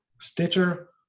Stitcher